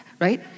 right